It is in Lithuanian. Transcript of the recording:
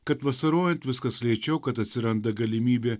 kad vasarojant viskas lėčiau kad atsiranda galimybė